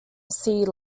sea